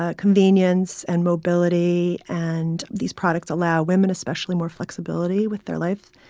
ah convenience and mobility. and these products allow women especially more flexibility with their lives.